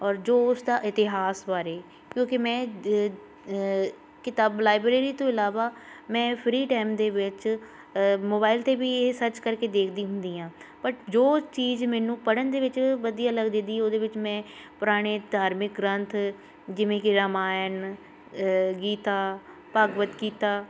ਔਰ ਜੋ ਉਸਦਾ ਇਤਿਹਾਸ ਬਾਰੇ ਕਿਉਂਕਿ ਮੈਂ ਕਿਤਾਬ ਲਾਇਬ੍ਰੇਰੀ ਤੋਂ ਇਲਾਵਾ ਮੈਂ ਫਰੀ ਟਾਈਮ ਦੇ ਵਿੱਚ ਮੋਬਾਇਲ 'ਤੇ ਵੀ ਇਹ ਸਰਚ ਕਰਕੇ ਦੇਖਦੀ ਹੁੰਦੀ ਹਾਂ ਬਟ ਜੋ ਚੀਜ਼ ਮੈਨੂੰ ਪੜ੍ਹਨ ਦੇ ਵਿੱਚ ਵਧੀਆ ਲੱਗਦੀ ਉਹਦੇ ਵਿੱਚ ਮੈਂ ਪੁਰਾਣੇ ਧਾਰਮਿਕ ਗ੍ਰੰਥ ਜਿਵੇਂ ਕਿ ਰਮਾਇਨ ਗੀਤਾ ਭਗਵਤ ਗੀਤਾ